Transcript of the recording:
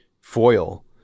foil